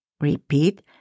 Repeat